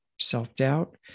self-doubt